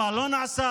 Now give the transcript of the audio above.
מה לא נעשה,